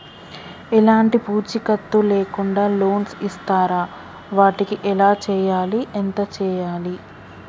ఎలాంటి పూచీకత్తు లేకుండా లోన్స్ ఇస్తారా వాటికి ఎలా చేయాలి ఎంత చేయాలి?